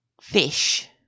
fish